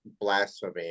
blasphemy